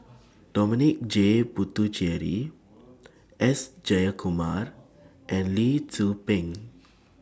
Dominic J Puthucheary S Jayakumar and Lee Tzu Pheng